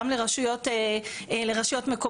גם לרשויות מקומיות,